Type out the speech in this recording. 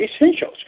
essentials